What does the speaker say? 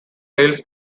tails